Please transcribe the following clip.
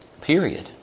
Period